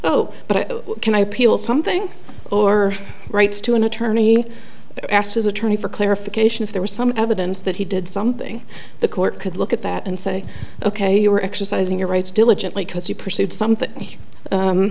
oh but can i peel something or rights to an attorney ask his attorney for clarification if there was some evidence that he did something the court could look at that and say ok you were exercising your rights diligently